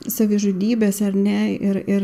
savižudybės ar ne ir ir